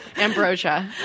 Ambrosia